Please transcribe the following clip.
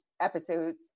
episodes